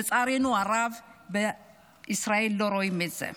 לצערנו הרב, בישראל לא רואים את זה.